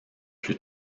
plus